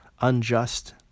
unjust